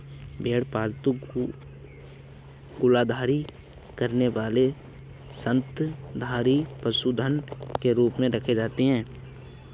भेड़ पालतू जुगाली करने वाले स्तनधारी पशुधन के रूप में रखे जाते हैं